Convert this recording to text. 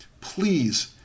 please